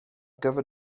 gyfer